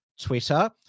Twitter